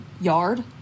yard